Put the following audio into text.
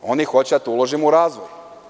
Oni hoće da uložimo u razvoj.